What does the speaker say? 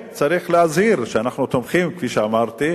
צריך להזהיר שאנחנו תומכים, כפי שאמרתי,